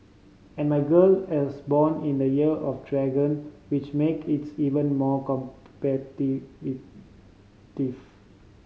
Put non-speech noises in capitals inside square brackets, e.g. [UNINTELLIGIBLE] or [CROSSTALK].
and my girl as born in the Year of Dragon which make it's even more [UNINTELLIGIBLE]